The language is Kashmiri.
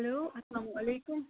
ہیٚلو اَسَلامُ علیکُم